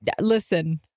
listen